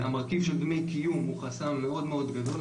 המרכיב של דמי קיום הוא חסם מאוד גדול,